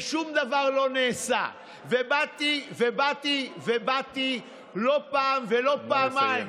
ושום דבר לא נעשה, ובאתי לא פעם ולא פעמיים.